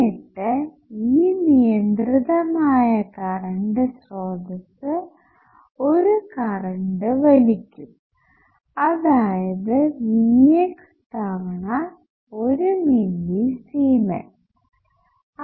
എന്നിട്ട് ഈ നിയന്ത്രിതമായ കറണ്ട് സ്രോതസ്സ് ഒരു കറണ്ട് വലിക്കും അതായത്Vx തവണ 1 മില്ലിസീമെൻസ്